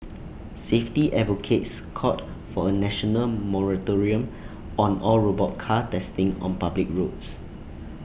safety advocates called for A national moratorium on all robot car testing on public roads